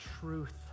truth